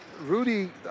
Rudy